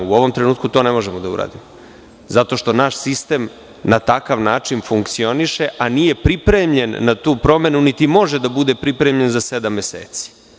U ovom trenutku, to ne možemo da uradimo, zato što naš sistem na takav način funkcioniše a nije pripremljen na tu promenu niti može da bude pripremljen za sedam meseci.